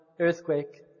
earthquake